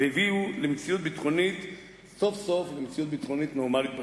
והביא סוף-סוף למציאות ביטחונית נורמלית בשטח.